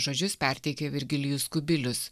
žodžius perteikė virgilijus kubilius